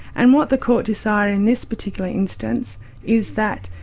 and what the court decided in this particular instance is that